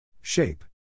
Shape